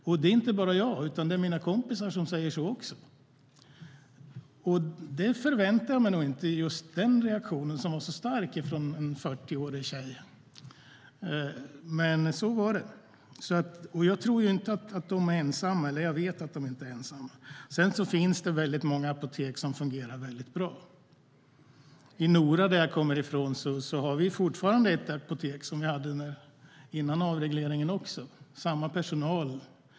Och det är inte bara jag, utan mina kompisar säger också det." Jag förväntade mig inte just den starka reaktionen från en 40-årig tjej. Men så är det. Och jag vet att de inte är ensamma. Det finns också många apotek som fungerar väldigt bra. I Nora, som jag kommer från, har vi fortfarande ett apotek, som vi hade före avregleringen med i princip samma personal.